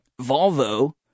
volvo